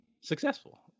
successful